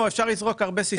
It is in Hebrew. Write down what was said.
אפשר לזרוק הרבה סיסמאות.